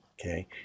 Okay